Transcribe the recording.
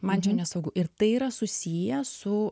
man čia nesaugu ir tai yra susiję su